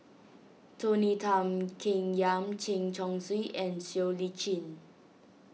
Tony Tan Keng Yam Chen Chong Swee and Siow Lee Chin